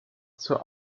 zur